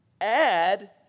add